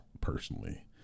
personally